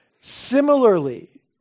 Similarly